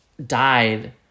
Died